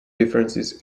differences